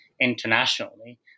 internationally